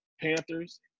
Panthers